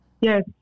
Yes